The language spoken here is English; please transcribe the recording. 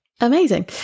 Amazing